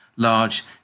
Large